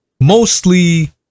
mostly